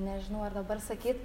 nežinau ar dabar sakyt